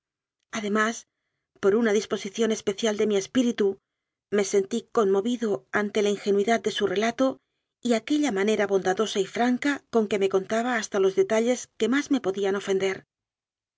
además por una disposición especial de mi espíritu me sentí conmovido ante la ingenuidad de su relato y aquella manera bondadosa y franca con que me contaba hasta los detalles que más me podían ofender